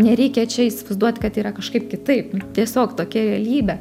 nereikia čia įsivaizduot kad yra kažkaip kitaip tiesiog tokia realybė